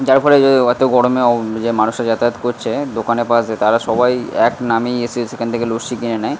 যার ফলে এত গরমেও যে মানুষরা যাতায়াত করছে দোকানের পাশ দিয়ে তারা সবাই এক নামেই এসে সেখান থেকে লস্যি কিনে নেয়